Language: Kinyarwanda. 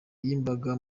y’imbaga